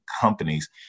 companies